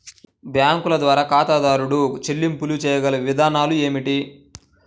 బ్యాంకుల ద్వారా ఖాతాదారు చెల్లింపులు చేయగల విధానాలు ఏమిటి?